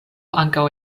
ankaŭ